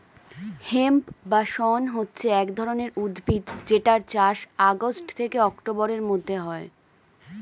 hemp বা শণ হচ্ছে এক ধরণের উদ্ভিদ যেটার চাষ আগস্ট থেকে অক্টোবরের মধ্যে হয়